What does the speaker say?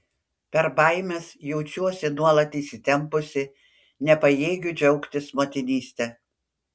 per baimes jaučiuosi nuolat įsitempusi nepajėgiu džiaugtis motinyste